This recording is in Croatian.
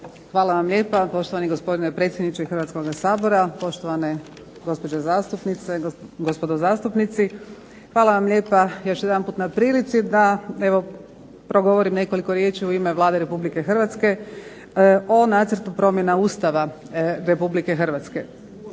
Hvala vam lijepa. Poštovani gospodine predsjedniče Hrvatskoga sabora, poštovane gospođe zastupnice, gospodo zastupnici. Hvala vam lijepa još jedanput na prilici da evo progovorim nekoliko riječi u ime Vlade Republike Hrvatske o Nacrtu promjena Ustava Republike Hrvatske.